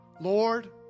Lord